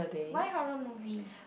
why horror movie